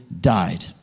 died